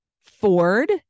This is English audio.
Ford